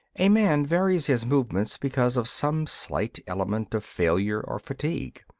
a man varies his movements because of some slight element of failure or fatigue.